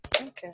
Okay